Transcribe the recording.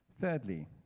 Thirdly